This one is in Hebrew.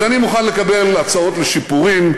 אז אני מוכן לקבל הצעות לשיפורים,